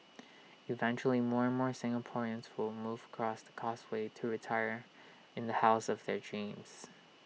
eventually more and more Singaporeans will move across the causeway to retire in the house of their dreams